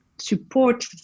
support